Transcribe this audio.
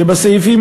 סעיפים